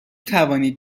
توانید